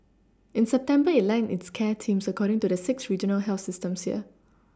in September it aligned its care teams according to the six regional health systems here